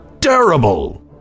terrible